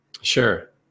Sure